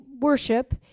worship